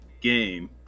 game